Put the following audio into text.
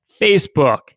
Facebook